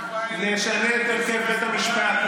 נשנה את הרכב בית המשפט.